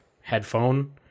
headphone